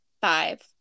Five